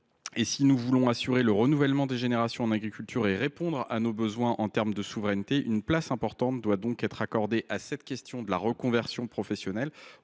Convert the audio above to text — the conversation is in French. Si nous voulons assurer le renouvellement des générations en agriculture et satisfaire nos besoins en termes de souveraineté, une place importante doit être accordée à cette question de la reconversion professionnelle.